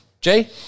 Jay